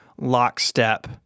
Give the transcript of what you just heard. lockstep